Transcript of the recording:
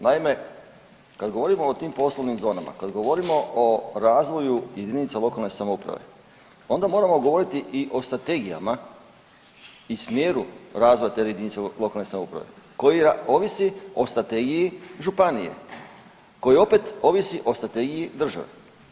Naime, kada govorimo o tim poslovnim zonama, kad govorimo o razvoju jedinica lokalne samouprave onda moramo govoriti i o strategijama i smjeru razvoja te jedinice lokalne samouprave koji ovisi o strategiji županije, koji opet ovisi o strategiji države.